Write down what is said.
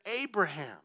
Abraham